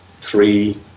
three